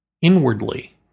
inwardly